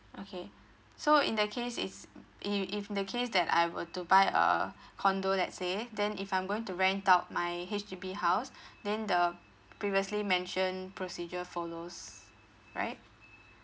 okay so in that case is if if in the case that I were to buy a condo let say then if I'm going to rent out my H_D_B house then the previously mentioned procedure follows right